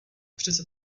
přece